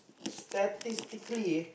statistically